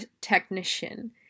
technician